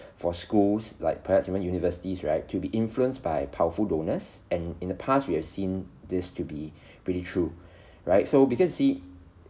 for schools like perhaps you went universities right to be influenced by powerful donors and in the past we have seen this to be pretty true right so because you see